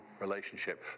relationship